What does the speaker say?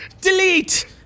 delete